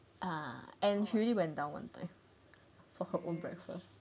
ah and she really went down one time for her own breakfast